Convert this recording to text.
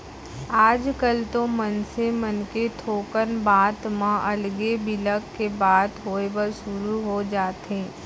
आजकल तो मनसे मन के थोकन बात म अलगे बिलग के बात होय बर सुरू हो जाथे